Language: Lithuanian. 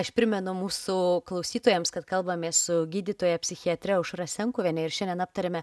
aš primenu mūsų klausytojams kad kalbamės su gydytoja psichiatre aušra senkuviene ir šiandien aptarėme